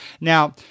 Now